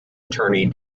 attorney